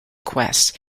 quests